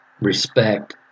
respect